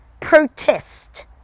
protest